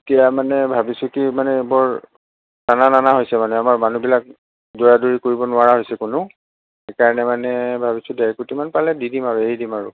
এতিয়া মানে ভাবিছোঁ কি মানে বৰ টানা টানা হৈছে মানে আমাৰ মানুহবিলাক দৌৰা দৌৰি কৰিব নোৱাৰা হৈছে কোনো সেইকাৰণে মানে ভাবিছোঁ দেৰ কোটি মান পালে দি দিম আৰু এৰি দিম আৰু